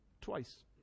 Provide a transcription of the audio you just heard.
twice